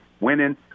winning